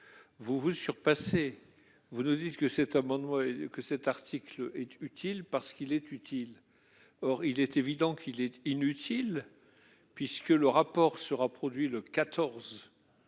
vous vous surpassez ! Vous nous dites que cet article est utile parce qu'il est utile. Or il est évident qu'il est inutile, puisque le rapport sera produit le 14 juin